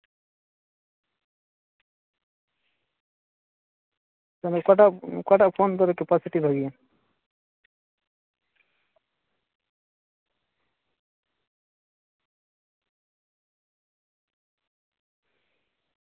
ᱛᱟᱞᱦᱮ ᱚᱠᱟᱴᱟᱜ ᱚᱠᱟᱴᱟᱜ ᱯᱷᱳᱱ ᱨᱮ ᱠᱮᱯᱟᱥᱤᱴᱤ ᱵᱷᱟᱜᱮᱭᱟ